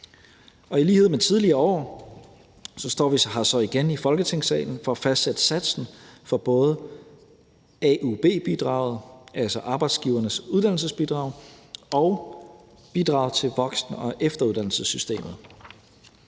i lighed med tidligere år står vi så igen her i Folketingssalen for at fastsætte satsen for både AUB-bidraget, altså Arbejdsgivernes Uddannelsesbidrag, og bidrag til voksen- og efteruddannelsessystemet.